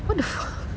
what the